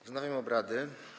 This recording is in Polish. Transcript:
Wznawiam obrady.